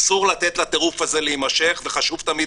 אסור לתת לטירוף הזה להימשך וחשוב תמיד